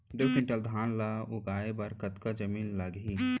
दो क्विंटल धान ला उगाए बर कतका जमीन लागही?